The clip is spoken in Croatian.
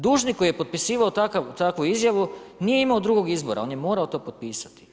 Dužnik koji je potpisivao takvu izjavu nije imao drugog izbora, on je morao to potpisati.